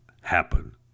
happen